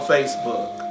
Facebook